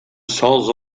sols